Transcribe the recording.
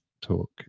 talk